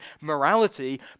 morality